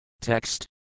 Text